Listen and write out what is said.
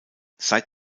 seit